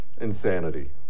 insanity